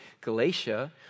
Galatia